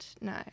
No